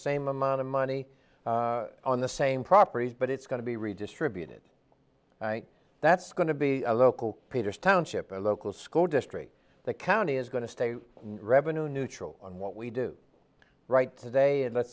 same amount of money on the same properties but it's going to be redistributed that's going to be a local peters township or local school district the county is going to stay revenue neutral on what we do right today and let's